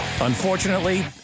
Unfortunately